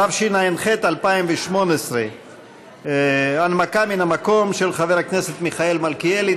התשע"ח 2018. הנמקה מן המקום של חבר הכנסת מיכאל מלכיאלי.